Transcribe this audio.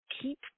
keep